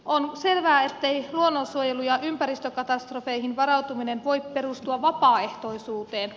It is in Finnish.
on selvää ettei luonnonsuojelu ja ympäristökatastrofeihin varautuminen voi perustua vapaaehtoisuuteen